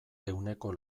ehuneko